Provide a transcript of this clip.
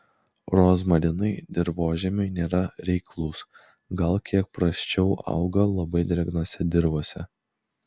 rozmarinai dirvožemiui nėra reiklūs gal kiek prasčiau auga labai drėgnose dirvose